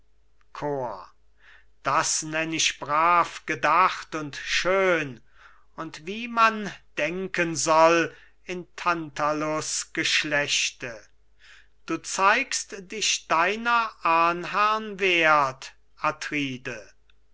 das nenn ich brav gedacht und schön und wie man denken soll in tantalus geschlechte du zeigst dich deiner ahnherrn werth atride